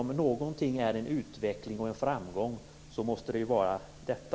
Om någonting är en utveckling och en framgång måste det vara detta.